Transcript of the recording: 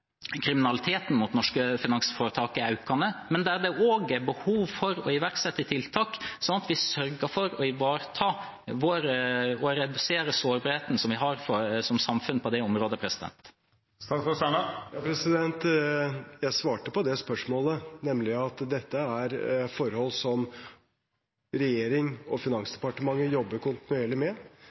kriminaliteten mot norske finansforetak er økende, og at det er behov for å iverksette tiltak sånn at vi sørger for å ivareta kontrollen og redusere sårbarheten vi som samfunn har på det området. Jeg svarte på det spørsmålet, nemlig at dette er forhold som regjeringen og Finansdepartementet jobber kontinuerlig med.